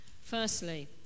Firstly